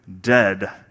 dead